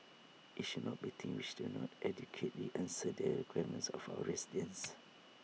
IT should not be things which do not adequately answer the requirements of our residents